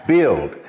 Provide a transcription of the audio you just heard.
Build